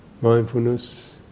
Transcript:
mindfulness